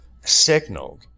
signaled